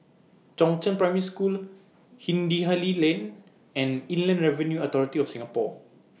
Chongzheng Primary School Hindhede Lane and Inland Revenue Authority of Singapore